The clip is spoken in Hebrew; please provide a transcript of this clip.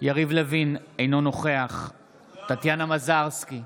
יריב לוין, אינו נוכח טטיאנה מזרסקי,